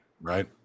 Right